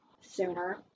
sooner